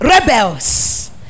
Rebels